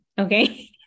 okay